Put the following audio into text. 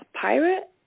pirate